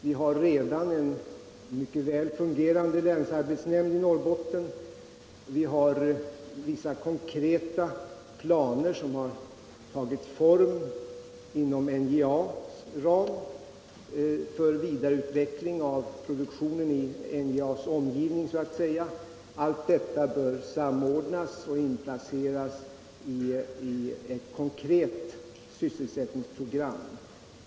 Vi har redan en mycket väl fungerande länsarbetsnämnd i Norrbotten. Vi har vissa konkreta planer som tagit form inom NJA:s ram för vidareutveckling av produktionen i NJA:s omgivning. Allt detta bör samordnas och inplaceras i ett konkret sysselsättningsprogram.